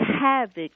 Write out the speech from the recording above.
havoc